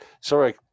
Sorry